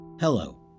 Hello